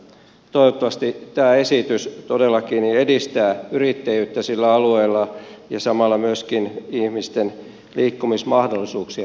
toivottavasti tämä esitys todellakin edistää yrittäjyyttä sillä alueella ja samalla myöskin ihmisten liikkumismahdollisuuksia parannetaan